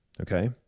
Okay